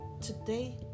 today